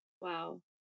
Wow